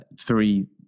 three